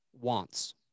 wants